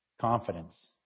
Confidence